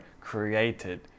created